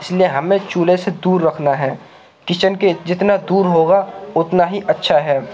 اس لیے ہمیں چولہے سے دور رکھنا ہے کچن کے جتنا دور ہوگا اتنا ہی اچھا ہے